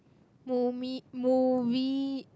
movie~ movie